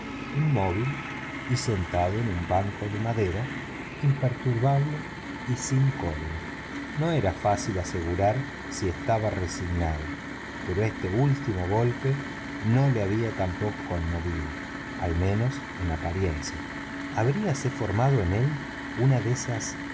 inmóvil y sentado en un banco de madera imperturbable y sin cólera no era fácil asegurar si estaba resignado pero este último golpe no lo había tampoco conmovido al menos en apariencia habríase formado en él una de esas